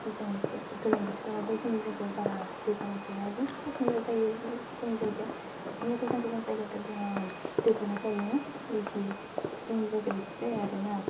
गोजां गोलोम बोथोरब्लाबो जोंनि जायगायाव बारा दैबाना जाया ओरैनो फिसा फेनला जायो जोंनि जायगायाव बिदिनो गोजान गोजान जायगायावथ' बिराद दैबाना जायोना इदि जोंनि जायगायाव बिदि जाया आरो ना